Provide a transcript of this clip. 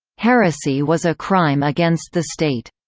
heresy was a crime against the state.